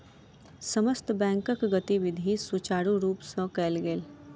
समस्त बैंकक गतिविधि सुचारु रूप सँ कयल गेल